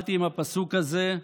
התחלתי עם הפסוק הזה,